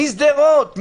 משדרות,